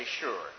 sure